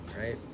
right